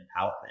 empowerment